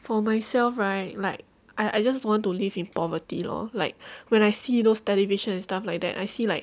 for myself right like I I just don't want to live in poverty loh like when I see those television and stuff like that I see like